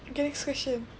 mm